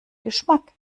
geschmack